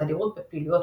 את תדירות הפעילויות,